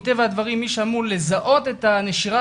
מטבע הדברים מי שאמור לזהות את הנשירה